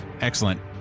excellent